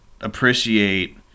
appreciate